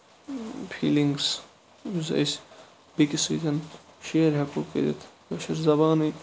feeling یُس أسۍ بیٚیِس سۭتۍ شِیر ہیٚکَو کٔرِتھ کٲشِر زَبانٕے